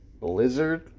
blizzard